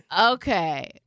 Okay